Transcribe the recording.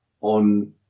on